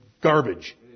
garbage